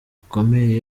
bikomeye